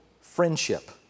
friendship